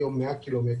היום 100 ק"מ,